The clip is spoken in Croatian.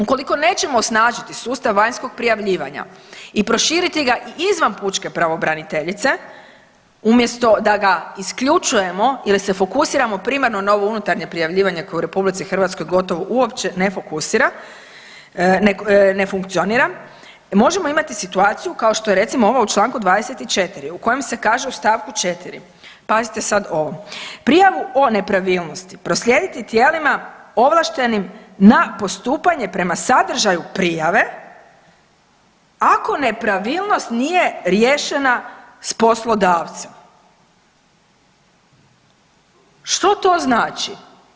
Ukoliko nećemo osnažiti sustav vanjskog prijavljivanja i proširiti ga i izvan pučke pravobraniteljice, umjesto da ga isključujemo ili se fokusiramo primarno na ovo unutarnje prijavljivanje koje u RH gotovo uopće ne funkcionira možemo imati situaciju kao što je recimo ova u čl. 24. u kojem se kaže u st. 4., pazite sad ovo „Prijavu o nepravilnosti proslijediti tijelima ovlaštenim na postupanje prema sadržaju prijave, ako nepravilnost nije riješena s poslodavcem.“ Što to znači?